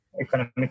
economic